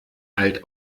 alt